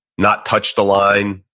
not touch the line,